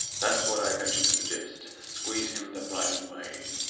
that's what i venture to suggest squeeze him the right way.